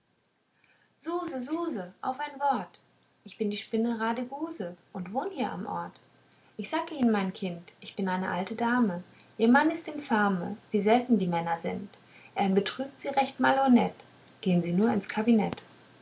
suse suse auf ein wort ich bin die spinne radeguse und wohn hier am ort ich sag ihnen mein kind ich bin eine alte dame ihr mann ist infame wie selten die männer sind er betrügt sie recht malhonett gehn sie nur ins kabinett